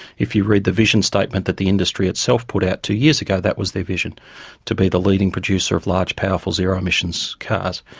if you read the vision statement that the industry itself put out two years ago, that was their vision to be the leading producer of large, powerful, zero-emissions cars.